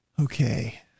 Okay